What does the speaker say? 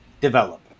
develop